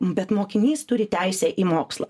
bet mokinys turi teisę į mokslą